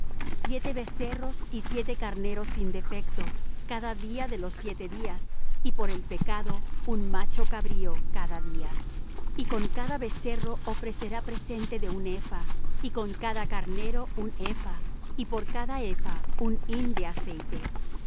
siete becerros y siete carneros sin defecto cada día de los siete días y por el pecado un macho cabrío cada día y con cada becerro ofrecerá presente de un epha y con cada carnero un epha y por cada epha un hin de aceite